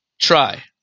try